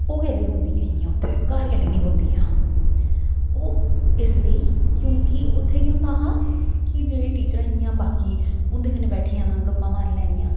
ओह् कैह्ल्ली बुनदियां हियां उत्थै घर कैह्ल्ली निं बुनदियां हियां ओह् इस लेई क्योंकि उत्थै केह् होंदा हा कि जेह्ड़ी टीचरां हियां बाकी उं'दे कन्नै बैठी जाना गप्पां मारी लैनियां